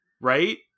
Right